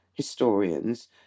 historians